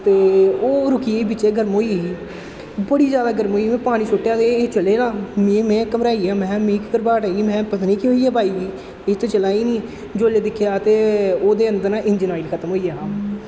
ते ओह् रुकी गेई बिच्चै गर्म होई गेई बड़ी जैदा गर्म होई गेई में पानी सु'ट्टेआ ते एह् एह् चले ना में में घबराई गेआ महैं मी घरबाट आई ई महैं पता निं केह् होई गेआ बाइक गी एह् ते चला दी निं जेल्लै दिक्खेआ ते ओह्दे अन्दर ना इंजन आयल खत्म होई गेआ हा